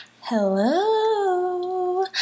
Hello